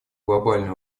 глобальной